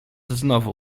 znowu